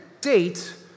date